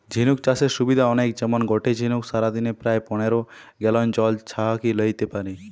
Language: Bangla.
ঝিনুক চাষের সুবিধা অনেক যেমন গটে ঝিনুক সারাদিনে প্রায় পনের গ্যালন জল ছহাকি লেইতে পারে